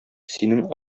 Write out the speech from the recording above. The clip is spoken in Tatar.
синең